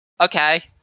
Okay